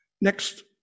Next